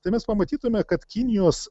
tai mes pamatytume kad kinijos